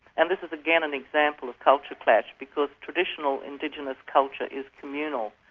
and this is again an example of culture clash, because traditional indigenous culture is communal,